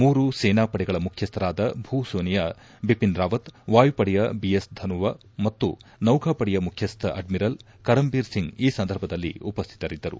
ಮೂರು ಸೇನಾ ಪಡೆಗಳ ಮುಖ್ಯಸ್ಥರಾದ ಭೂಸೇನೆಯ ಬಿಪಿನ್ ರಾವತ್ ವಾಯುಪಡೆಯ ಬಿ ಎಸ್ ಧನೋವಾ ಮತ್ತು ನಾಕಾಪಡೆಯ ಮುಖ್ಯಸ್ಥ ಅಡ್ಮಿರಲ್ ಕರಂಬೀರ್ ಸಿಂಗ್ ಈ ಸಂದರ್ಭದಲ್ಲಿ ಉಪಶ್ಕಿತರಿದ್ದರು